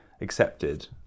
accepted